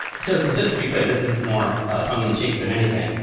so just to be clear, this is more tongue in cheek than anything.